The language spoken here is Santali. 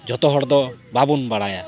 ᱡᱷᱚᱛᱚ ᱦᱚᱲ ᱫᱚ ᱵᱟᱵᱚᱱ ᱵᱟᱲᱟᱭᱟ